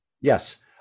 Yes